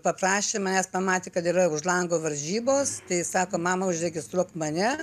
paprašė manęs pamatė kad yra už lango varžybos tai sako mama užregistruok mane